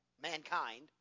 mankind